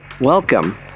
Welcome